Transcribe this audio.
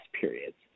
periods